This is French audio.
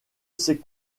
ses